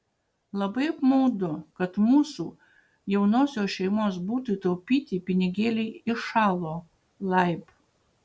labai apmaudu kad mūsų jaunosios šeimos butui taupyti pinigėliai įšalo laib